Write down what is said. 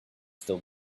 still